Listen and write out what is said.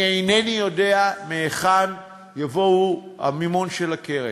אני אינני יודע מהיכן יבוא המימון של הקרן,